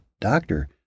doctor